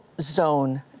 Zone